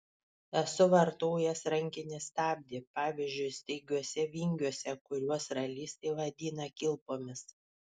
esu vartojęs rankinį stabdį pavyzdžiui staigiuose vingiuose kuriuos ralistai vadina kilpomis